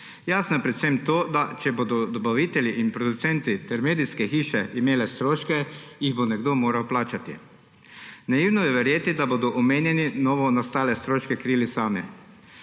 Jasno je predvsem to, da če bodo dobavitelji in producenti ter medijske hiše imeli stroške, jih bo nekdo moral plačati. Naivno je verjeti, da bodo omenjeni novonastale stroške krili sami